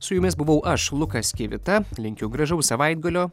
su jumis buvau aš lukas kivita linkiu gražaus savaitgalio